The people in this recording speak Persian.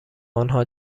انها